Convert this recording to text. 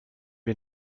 wir